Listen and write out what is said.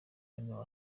romeo